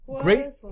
great